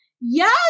Yes